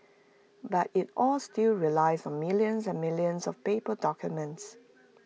but IT all still relies on millions and millions of paper documents